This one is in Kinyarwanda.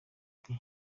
ati